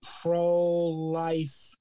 pro-life